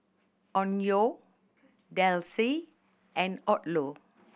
Onkyo Delsey and Odlo